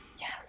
Yes